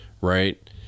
right